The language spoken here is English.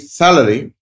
salary